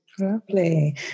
Lovely